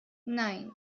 nein